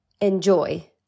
enjoy